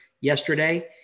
yesterday